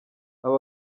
aba